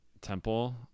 temple